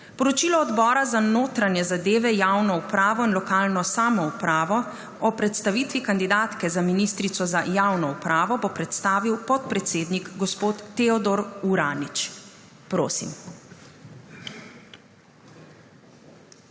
Poročilo Odbora za notranje zadeve, javno upravo in lokalno samoupravo o predstavitvi kandidatke za ministrico za javno upravo bo predstavil podpredsednik gospod Teodor Uranič. Prosim.